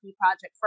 project